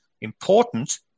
important